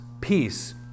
Peace